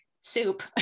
soup